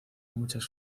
muchas